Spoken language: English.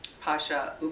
Pasha